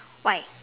why